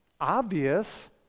obvious